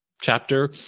chapter